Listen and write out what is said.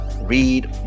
read